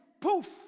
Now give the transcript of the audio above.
poof